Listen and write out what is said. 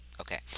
Okay